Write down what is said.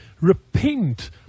repent